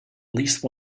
least